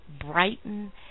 brighten